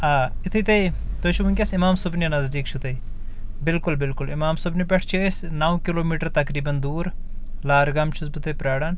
آ یِتُھے تُہۍ تُہۍ چھِو وُنکیٚس اِمام صٲبنہِ نزدیٖک چھُو تُہۍ بالکُل بالکُل اِمام صٲبنہِ پٮ۪ٹھ چھِ أسۍ نو کلوٗ میٖٹر تقریٖبن دوٗر لارٕ گامہِ چھُس بہٕ تۄہہِ پراران